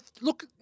Look